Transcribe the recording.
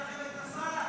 נתקבלה.